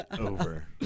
over